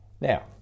Now